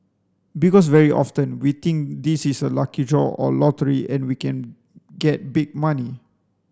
because very often we think this is a lucky draw or lottery and we can get big money